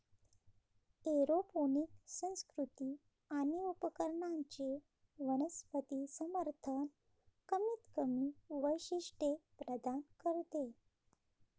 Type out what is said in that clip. aeroponic संस्कृती आणि उपकरणांचे वनस्पती समर्थन कमीतकमी वैशिष्ट्ये प्रदान करते